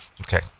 Okay